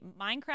Minecraft